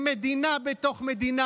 הם מדינה בתוך מדינה,